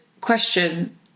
question